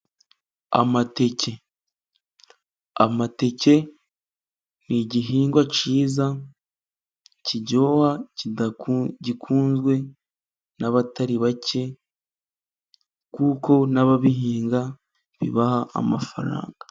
Amateke. Amateke ni igihingwa cyiza, kiryoha, gikunzwe n'abatari bake, kuko n'ababihinga bibaha amafaranga.